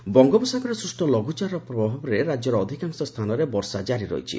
ପାଣିପାଗ ବଙ୍ଗୋପସାଗରରେ ସୃଷ ଲଘ୍ରଚାପର ପ୍ରଭାବରେ ରାଜ୍ୟର ଅଧିକାଂଶ ସ୍ଚାନରେ ବର୍ଷା ଜାରି ରହିଛି